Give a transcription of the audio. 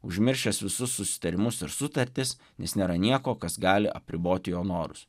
užmiršęs visus susitarimus ir sutartis nes nėra nieko kas gali apriboti jo norus